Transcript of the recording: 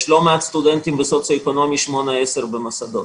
יש לא מעט סטודנטים בסוציו-אקונומי 8 - 10 במוסדות,